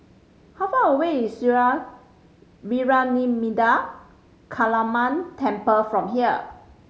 how far away is Sri Vairavimada Kaliamman Temple from here